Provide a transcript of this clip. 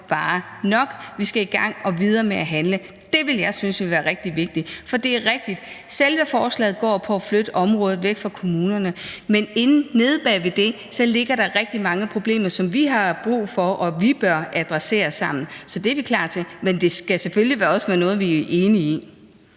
bare nok. Vi skal i gang med at handle. Det ville jeg synes ville være rigtig vigtigt. For det er rigtigt, at selve forslaget går på at flytte området væk fra kommunerne, men nede bag ved det ligger der rigtig mange problemer, som vi bør adressere sammen. Så det er vi klar til. Men det skal selvfølgelig også være noget, vi er enige i.